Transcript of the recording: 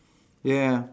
ya